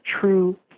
true